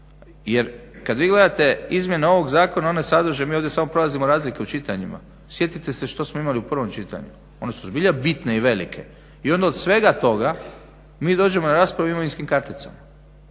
jer kad vi gledate izmjene ovog zakona one sadrže, mi ovdje samo prelazimo razlike u čitanjima, sjetite se što smo imali u prvom čitanja, one su zbilja bitne i velike. I onda od svega toga mi dođemo na raspravu o imovinskim karticama.